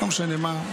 לא משנה מה,